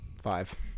five